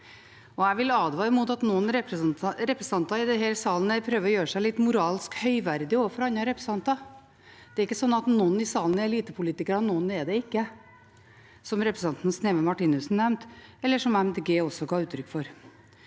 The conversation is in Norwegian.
Jeg vil advare mot at noen representanter i denne salen prøver å gjøre seg litt moralsk høyverdige overfor andre representanter. Det er ikke slik at noen i salen er elitepolitikere og noen ikke, som representanten Sneve Martinussen nevnte, og som Miljøpartiet De Grønne også ga uttrykk for.